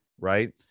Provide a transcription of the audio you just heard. right